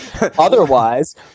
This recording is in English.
Otherwise